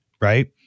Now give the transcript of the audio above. right